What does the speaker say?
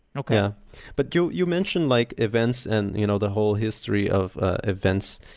yeah but you you mentioned like events and you know the whole history of ah events,